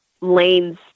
Lane's